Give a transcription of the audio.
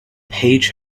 paige